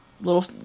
Little